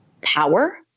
power